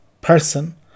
person